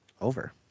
Over